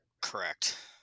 Correct